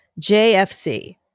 JFC